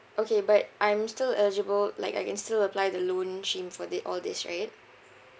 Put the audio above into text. okay but I'm still eligible like I can still apply the loan scheme for the~ all these right